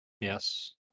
Yes